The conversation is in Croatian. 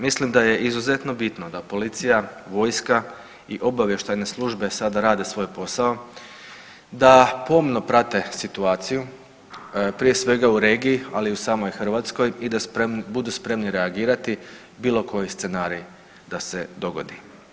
Mislim da je izuzetno bitno da policija, vojska i obavještajne službe sada rade svoj posao, da pomno prate situaciju prije svega u regiji, ali i u samoj Hrvatskoj i da budu spremni reagirati bilo koji scenarij da se dogodi.